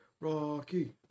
Rocky